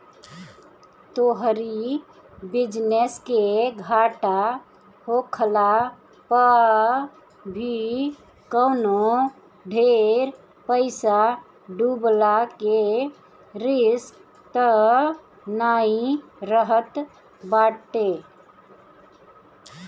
तोहरी बिजनेस के घाटा होखला पअ भी कवनो ढेर पईसा डूबला के रिस्क तअ नाइ रहत बाटे